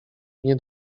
nie